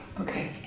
Okay